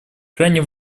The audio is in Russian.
крайне